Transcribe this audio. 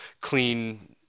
clean